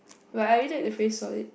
but I really take the phrase solid